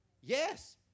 Yes